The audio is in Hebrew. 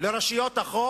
לרשויות החוק,